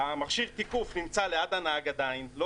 מכשיר התיקוף נמצא ליד הנהג עדיין לא